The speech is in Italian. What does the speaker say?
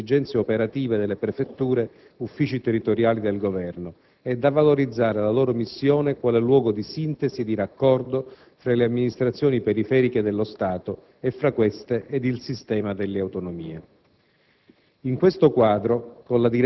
in modo da corrispondere alle accresciute esigenze operative delle Prefetture-Uffici territoriali del Governo e da valorizzare la loro missione quale luogo dì sintesi e di raccordo fra le amministrazioni periferiche dello Stato e fra queste ed il sistema delle autonomie.